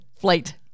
flight